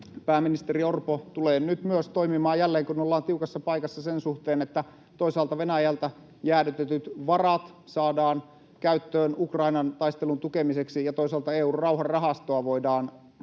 pääministeri Orpo tulee myös nyt, kun jälleen ollaan tiukassa paikassa, toimimaan sen suhteen, että toisaalta Venäjältä jäädytetyt varat saadaan käyttöön Ukrainan taistelun tukemiseksi ja toisaalta EU:n rauhanrahastoa voidaan käyttää